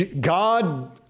God